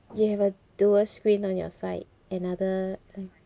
you have a dual screen on your side another